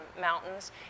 mountains